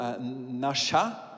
nasha